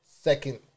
second